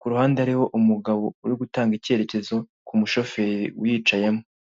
ku ruhande hariho umugabo uri gutanga icyerekezo ku mushoferi uyicayemo.